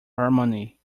harmony